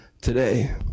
today